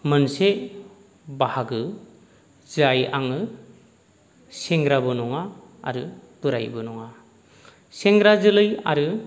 मोनसे बाहागो जाय आङो सेंग्राबो नङा आरो बोरायबो नङा सेंग्रा जोलै आरो